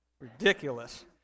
Ridiculous